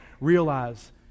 realize